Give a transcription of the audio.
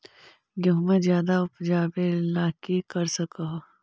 गेहुमा ज्यादा उपजाबे ला की कर हो?